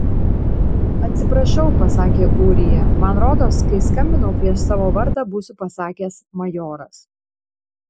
atsiprašau pasakė ūrija man rodos kai skambinau prieš savo vardą būsiu pasakęs majoras